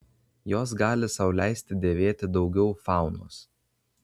jos gali sau leisti dėvėti daugiau faunos